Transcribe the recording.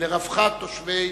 לרווחת תושבי